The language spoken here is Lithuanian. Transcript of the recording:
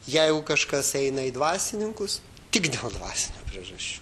jeigu kažkas eina į dvasininkus tik dėl dvasinių priežasčių